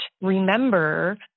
remember